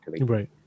Right